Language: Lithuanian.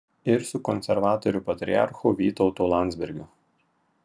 ir su konservatorių patriarchu vytautu landsbergiu